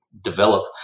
develop